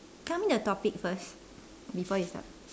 tell me the topics first before you start